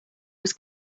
was